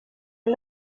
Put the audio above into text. are